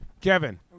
Kevin